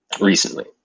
recently